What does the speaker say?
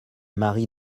mari